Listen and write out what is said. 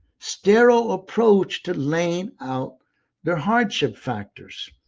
sterile approach to laying out their hardship factors.